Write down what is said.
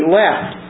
left